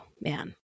man